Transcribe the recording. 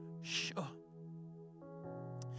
sure